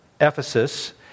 Ephesus